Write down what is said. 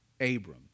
Abram